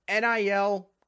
NIL